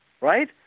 right